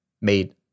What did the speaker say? made